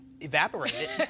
evaporated